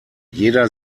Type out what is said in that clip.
jeder